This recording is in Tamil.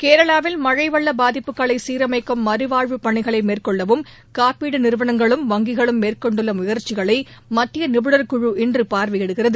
கேரளாவில் மழை வெள்ள பாதிப்புகளை சீரமைக்கவும் மறுவாழ்வு பணிகளை மேற்கொள்ளவும் காப்பீடு நிறுவனங்களும் வங்கிகளும் மேற்கொண்டுள்ள முயற்சிகளை மத்திய நிபுணர் குழு இன்று பார்வையிடுகிறது